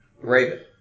Raven